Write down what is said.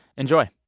enjoy